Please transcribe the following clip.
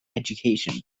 education